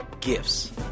Gifts